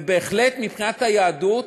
בהחלט, מבחינת היהדות,